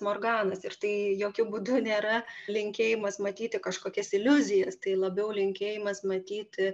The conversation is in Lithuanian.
morganas ir tai jokiu būdu nėra linkėjimas matyti kažkokias iliuzijas tai labiau linkėjimas matyti